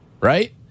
right